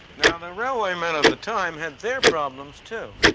now, the railway men of the time had their problems too,